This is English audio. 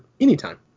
anytime